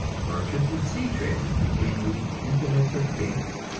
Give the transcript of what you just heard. merchants and sea-traders became the intimates of kings,